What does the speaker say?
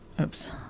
Oops